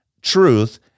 truth